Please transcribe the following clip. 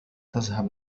تذهب